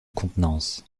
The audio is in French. contenance